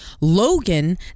Logan